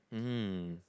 hmm